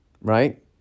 Right